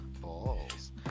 balls